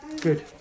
Good